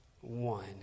one